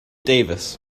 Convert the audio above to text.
davis